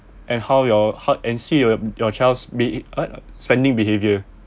and how your heart and see your your child's uh spending behavior